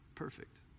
perfect